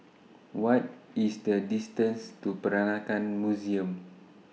What IS The distance to Peranakan Museum